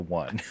one